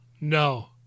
No